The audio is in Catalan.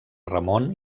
ramon